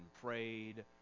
prayed